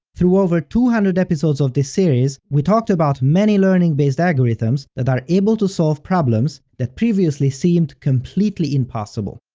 through over two hundred episodes of this series, we talked about many learning-based algorithms that are able to solve problems that previously seemed completely impossible.